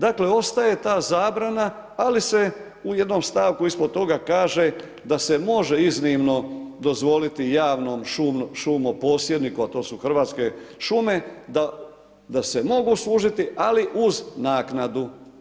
Dakle ostaje ta zabrana ali se u jednom stavku ispod toga kaže da se može iznimno dozvoliti javnom šumoposjedniku a to su Hrvatske šume da se mogu služiti ali uz naknadu.